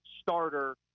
starter